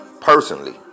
personally